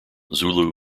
zulu